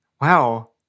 Wow